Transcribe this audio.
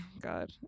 God